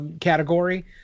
category